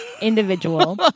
individual